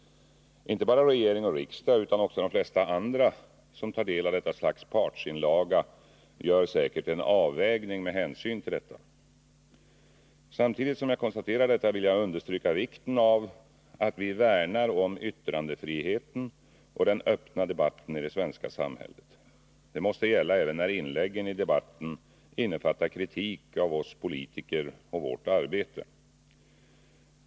Inte bara regering och riksdag utan också de flesta andra som tar del av detta slags partsinlaga gör säkert en avvägning med hänsyn till det. Samtidigt som jag konstaterar detta vill jag understryka vikten av att vi värnar om yttrandefriheten och den öppna debatten i det svenska samhället. Det måste gälla även när inläggen i debatten innefattar kritik av oss politiker och vårt arbete.